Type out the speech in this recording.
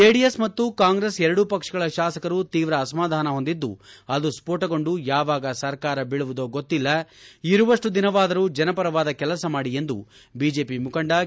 JDS ಮತ್ತು ಕಾಂಗ್ರೆಸ್ ಎರಡು ಪಕ್ಷಗಳ ಶಾಸಕರು ತೀವ್ರ ಅಸಮಾಧಾನ ಹೊಂದಿದ್ದು ಅದು ಸ್ಪೋಟಗೊಂಡು ಯಾವಾಗ ಸರಕಾರ ಬೀಳುವುದೋ ಗೊತ್ತಿಲ್ಲ ಇರುವಷ್ಟು ದಿನವಾದರೂ ಜನಪರವಾದ ಕೆಲಸ ಮಾಡಿ ಎಂದು ಬಿಜೆಪಿ ಮುಖಂಡ ಕೆ